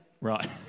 Right